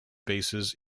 bases